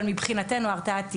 אבל מבחינתו ההרתעה תגבר.